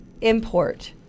import